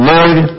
Lord